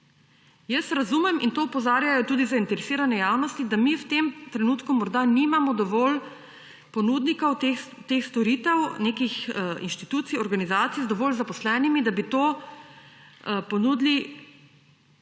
Jaz razumem in to opozarjajo tudi zainteresirane javnosti, da mi v tem trenutku morda nimamo dovolj ponudnikov teh storitev, nekih inštitucij, organizacij z dovolj zaposlenimi, da bi to ponudili